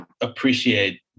appreciate